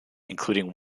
including